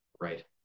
Right